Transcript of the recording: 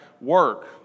Work